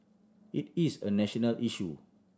it is a national issue